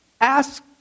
ask